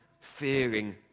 fearing